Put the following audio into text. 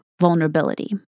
vulnerability